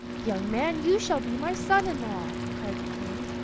young man, you shall be my son-in-law, cried the king.